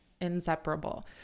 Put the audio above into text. inseparable